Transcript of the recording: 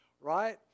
right